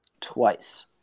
twice